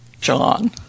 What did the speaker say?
John